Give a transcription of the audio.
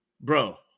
Bro